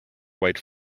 white